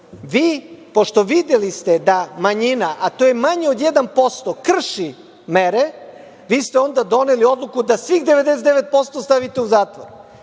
pošto ste videli da manjina, a to je manje od 1%, krši mere, vi ste onda doneli odluku da svih 99% stavite u zatvor.